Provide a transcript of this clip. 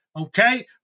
Okay